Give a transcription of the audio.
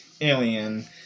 alien